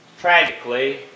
Tragically